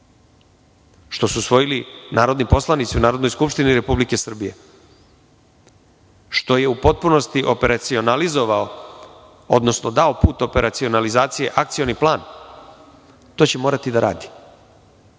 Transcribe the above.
što su usvojili narodni poslanici u Narodnoj skupštini Republike Srbije, što je u potpunosti operacionalizovao, odnosno dao put operacionalizacije akcioni plan, to će morati da radi. To